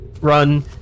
run